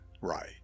right